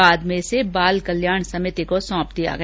बांद में इसे बाल कल्याण समिति को सौंप दिया गया